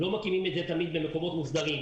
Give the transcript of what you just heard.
הם לא תמיד מקימים את העסק במקומות מוסדרים.